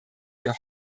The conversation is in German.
wir